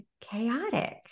chaotic